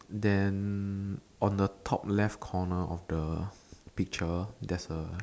then on the top left corner of the picture there's a